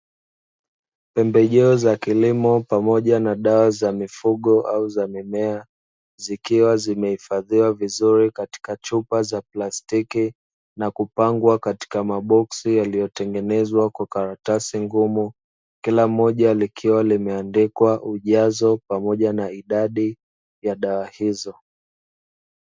Pembejeo za kilimo pamoja na dawa za mifugo au za mimea, zikiwa zimehifadhiwa vizuri katika chupa za plastiki, na kupangwa katika maboksi yaliyotengenezwa kwa karatasi ngumu, kila moja likiwa limeandikwa ujazo pamoja na idadi ya dawa hizo.